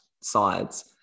sides